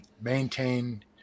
maintain